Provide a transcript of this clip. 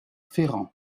ferrand